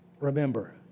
remember